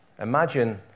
Imagine